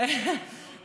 אין